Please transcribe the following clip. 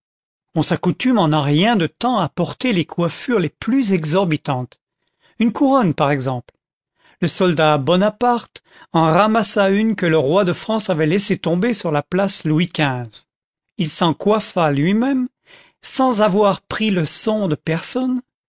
ou s'accoutume en un rien de temps à porter les coiffures les plus exorbitantes une couronne par exemple le soldat bonaparte en ramassa une que le roi de france avait laissé tomber sur la place louis xv il s'en coiffa luimême sans avoir pris leçon de personne